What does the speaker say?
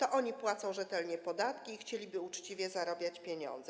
Oni płacą rzetelnie podatki i chcieliby uczciwie zarabiać pieniądze.